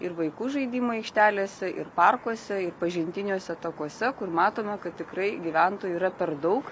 ir vaikų žaidimų aikštelėse ir parkuose ir pažintiniuose takuose kur matome kad tikrai gyventojų yra per daug